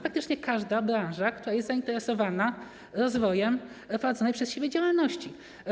Praktycznie każda branża, która jest zainteresowana rozwojem prowadzonej przez siebie działalności.